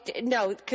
no